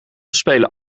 spelen